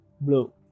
blue